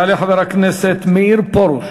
יעלה חבר הכנסת מאיר פרוש,